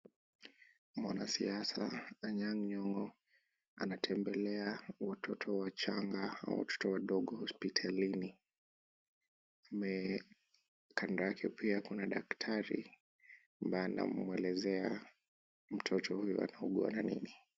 Mwansiasa Anyang' Nyong'o anatembelea watoto wachanga au watoto wadogo hospitalini. Ame. Kando yake pia kuna daktari ambaye anamwelezea mtoto huyo anaugua na nini.